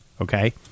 okay